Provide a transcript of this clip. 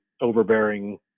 overbearing